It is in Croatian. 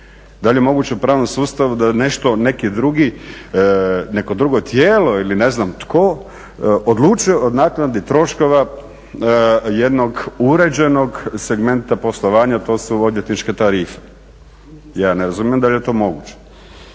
Da li je moguće u pravnom sustavu da nešto neko drugo tijelo ili ne znam tko odlučuje o naknadi troškova jednog uređenog segmenta poslovanja, to su odvjetničke tarife. Ja ne razumijem da li je to moguće?